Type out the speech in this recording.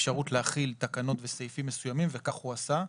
אפשרות להחיל תקנות וסעיפים מסוימים וכך הוא עשה,